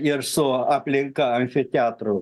ir su aplinka amfiteatru